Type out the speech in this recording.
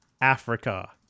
Africa